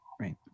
Right